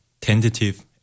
tentative